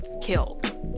killed